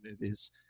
movies